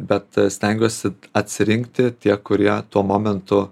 bet stengiuosi atsirinkti tie kurie tuo momentu